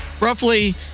roughly